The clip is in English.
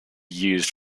used